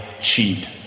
cheat